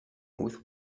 with